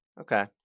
okay